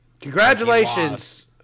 Congratulations